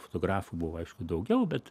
fotografų buvo aišku daugiau bet